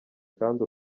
kandi